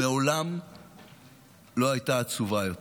היא מעולם לא הייתה עצובה יותר.